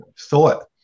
thought